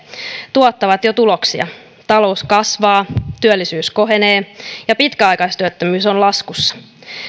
tuottavat jo tuloksia talous kasvaa työllisyys kohenee ja pitkäaikaistyöttömyys on laskussa